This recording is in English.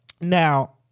Now